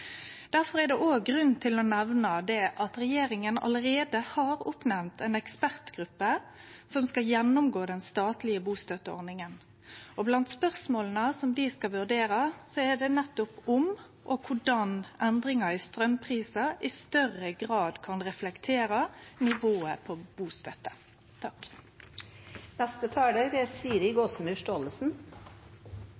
er det òg grunn til å nemne at regjeringa allereie har oppnemnt ei ekspertgruppe som skal gjennomgå den statlege bustøtteordninga. Blant spørsmåla dei skal vurdere, er nettopp om og korleis endringar i straumprisar i større grad kan reflektere nivået på